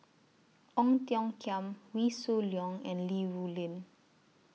Ong Tiong Khiam Wee Shoo Leong and Li Rulin